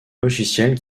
logiciel